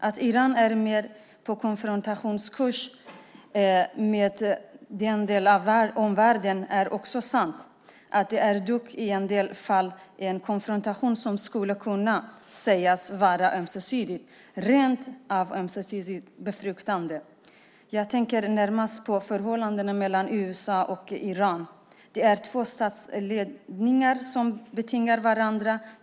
Att Iran är mer på konfrontationskurs med den delen av omvärlden är också sant. Det är dock i en del fall en konfrontation som skulle kunna sägas vara rent av ömsesidigt befruktande. Jag tänker närmast på förhållandena mellan USA och Iran. Det är två statsledningar som betingar varandra.